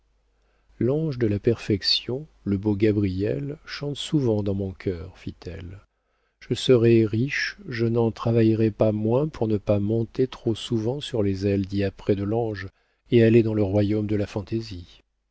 l'ange de la perfection le beau gabriel chante souvent dans mon cœur fit-elle je serais riche je n'en travaillerais pas moins pour ne pas monter trop souvent sur les ailes diaprées de l'ange et aller dans le royaume de la fantaisie